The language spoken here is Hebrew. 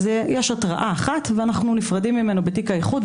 אז יש התרעה אחת ואנחנו נפרדים ממנו בתיק האיחוד,